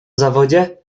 zawodzie